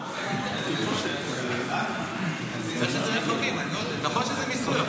נכון שזה מיסוי,